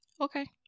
Okay